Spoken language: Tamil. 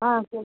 ஆ சரி